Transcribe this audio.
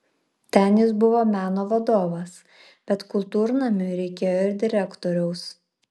ten jis buvo meno vadovas bet kultūrnamiui reikėjo ir direktoriaus